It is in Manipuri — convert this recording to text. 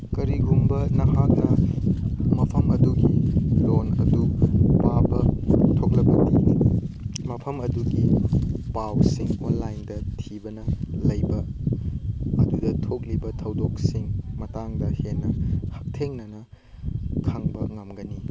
ꯀꯔꯤꯒꯨꯝꯕ ꯅꯍꯥꯛꯅ ꯃꯐꯝ ꯑꯗꯨꯒꯤ ꯂꯣꯟ ꯑꯗꯨ ꯄꯥꯕ ꯊꯣꯛꯂꯕꯗꯤ ꯃꯐꯝ ꯑꯗꯨꯒꯤ ꯄꯥꯎꯁꯤꯡ ꯑꯣꯟꯂꯥꯏꯟꯗ ꯊꯤꯕꯅ ꯂꯩꯕ ꯑꯗꯨꯗ ꯊꯣꯛꯂꯤꯕ ꯊꯧꯗꯣꯛꯁꯤꯡ ꯃꯇꯥꯡꯗ ꯍꯦꯟꯅ ꯍꯛꯊꯦꯡꯅꯅ ꯈꯪꯕ ꯉꯝꯒꯅꯤ